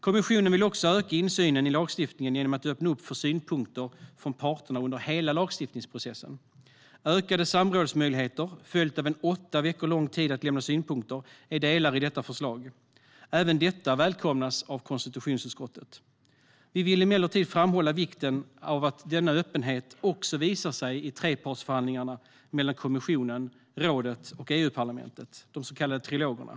Kommissionen vill också öka insynen i lagstiftningen genom att öppna upp för synpunkter från parterna under hela lagstiftningsprocessen. Ökade samrådsmöjligheter följt av en åtta veckor lång tid att lämna synpunkter är delar i detta förslag. Även detta välkomnas av konstitutionsutskottet. Vi vill emellertid framhålla vikten av att denna öppenhet också visar sig i trepartsförhandlingarna mellan kommissionen, rådet och EU-parlamentet, de så kallade trilogerna.